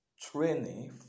training